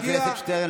חבר הכנסת שטרן,